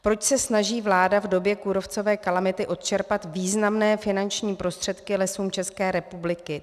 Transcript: Proč se snaží vláda v době kůrovcové kalamity odčerpat významné finanční prostředky Lesům České republiky?